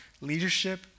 leadership